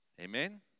Amen